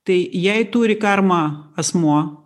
tai jei turi karmą asmuo